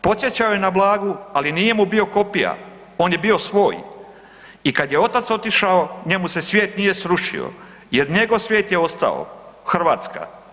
Podsjećao je na Blagu, ali nije mu bio kopija, on je bio svoj i kada je otac otišao, njemu se svijet nije srušio jer njegov svijet je ostao, Hrvatska.